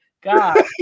God